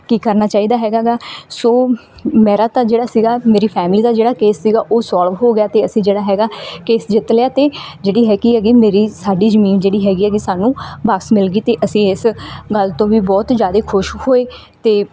ਕੀ ਕਰਨਾ ਚਾਹੀਦਾ ਹੈਗਾ ਐਗਾ ਸੋ ਮੇਰਾ ਤਾਂ ਜਿਹੜਾ ਸੀਗਾ ਮੇਰੀ ਫੈਮਿਲੀ ਦਾ ਜਿਹੜਾ ਕੇਸ ਸੀਗਾ ਉਹ ਸੋਲਵ ਹੋ ਗਿਆ ਅਤੇ ਅਸੀਂ ਜਿਹੜਾ ਹੈਗਾ ਕੇਸ ਜਿੱਤ ਲਿਆ ਅਤੇ ਜਿਹੜੀ ਹੈਗੀ ਐਗੀ ਮੇਰੀ ਸਾਡੀ ਜਮੀਨ ਜਿਹੜੀ ਹੈਗੀ ਐਗੀ ਸਾਨੂੰ ਵਾਪਸ ਮਿਲ ਗਈ ਅਤੇ ਅਸੀਂ ਇਸ ਗੱਲ ਤੋਂ ਵੀ ਬਹੁਤ ਜ਼ਿਆਦਾ ਖੁਸ਼ ਹੋਏ ਅਤੇ